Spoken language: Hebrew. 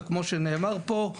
וכמו שנאמר פה,